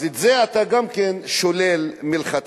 אז את זה אתה גם כן שולל מלכתחילה.